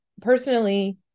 personally